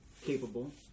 capable